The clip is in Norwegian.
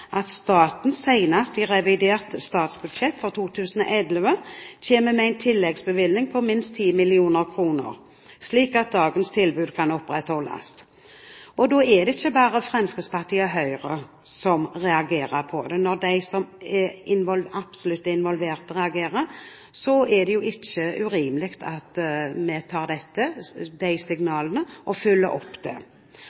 at staten senest i revidert statsbudsjett for 2011 kommer med en tilleggsbevilgning på minst 10 mill. kr, slik at dagens tilbud kan opprettholdes. Det er ikke bare Fremskrittspartiet og Høyre som reagerer på det, når de som absolutt er involvert, reagerer. Da er det jo ikke urimelig at vi tar